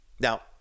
Now